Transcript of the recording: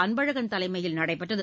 அன்பழகன் தலைமையில் நடைபெற்றது